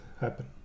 happen